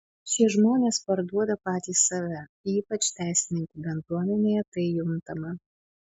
šie žmonės parduoda patys save ypač teisininkų bendruomenėje tai juntama